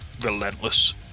relentless